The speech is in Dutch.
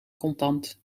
contant